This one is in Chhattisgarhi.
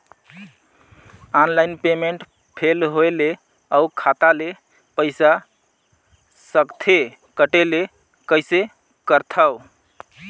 ऑनलाइन पेमेंट फेल होय ले अउ खाता ले पईसा सकथे कटे ले कइसे करथव?